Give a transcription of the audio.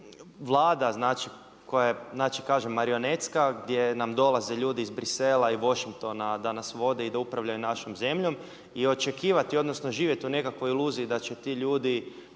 Vlada, znači koja je znači kažem marionetska gdje nam dolaze ljudi iz Bruxellesa i Washingtona da nas vode i da upravljaju našom zemljom. I očekivati, odnosno živjeti u nekakvoj iluziji da će ti ljudi